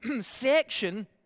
section